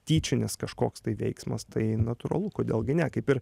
tyčinis kažkoks tai veiksmas tai natūralu kodėl gi ne kaip ir